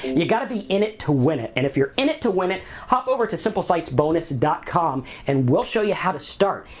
you gotta be in it to win it and if you're in it to win it, hop over to simplesitesbonus dot com and we'll show you how to start.